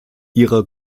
ihre